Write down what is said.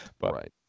Right